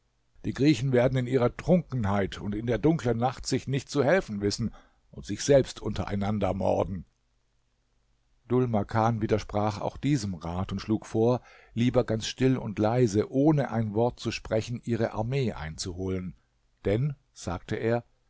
die griechen werden in ihrer trunkenheit und in der dunklen nacht sich nicht zu helfen wissen und sich selbst untereinander morden dhul makan widersprach auch diesem rat und schlug vor lieber ganz still und leise ohne ein wort zu sprechen ihre armee einzuholen denn sagte er